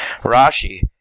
Rashi